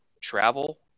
travel